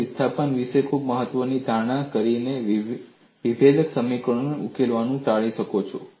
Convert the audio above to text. તમે વિસ્થાપન વિશે ખૂબ મહત્વની ધારણા કરીને વિભેદક સમીકરણો ઉકેલવાનું ટાળી શકો છો